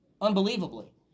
unbelievably